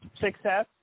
success